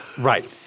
Right